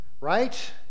right